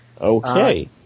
Okay